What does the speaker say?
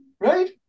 Right